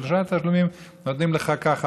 שלושה תשלומים נותנים לך ככה,